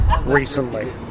recently